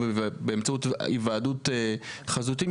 באמצעות היוועדות חזותית.